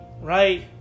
right